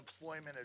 employment